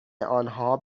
آنها